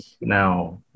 now